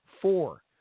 Four